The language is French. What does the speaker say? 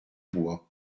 bois